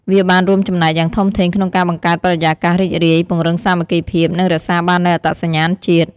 វាបានរួមចំណែកយ៉ាងធំធេងក្នុងការបង្កើតបរិយាកាសរីករាយ ពង្រឹងសាមគ្គីភាព និងរក្សាបាននូវអត្តសញ្ញាណជាតិ។